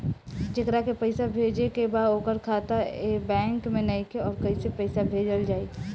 जेकरा के पैसा भेजे के बा ओकर खाता ए बैंक मे नईखे और कैसे पैसा भेजल जायी?